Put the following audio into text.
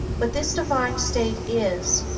but this divine state is,